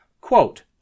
quote